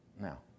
Now